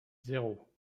zéro